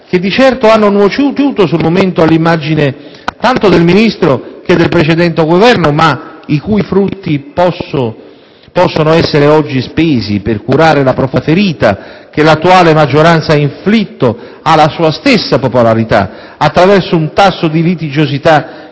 che di certo hanno nociuto sul momento all'immagine tanto del Ministro che del precedente Governo, ma i cui frutti possono essere oggi spesi per curare la profonda ferita che l'attuale maggioranza ha inflitto alla sua stessa popolarità attraverso un tasso di litigiosità